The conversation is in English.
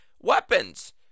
weapons